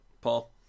Paul